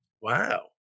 Wow